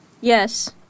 Yes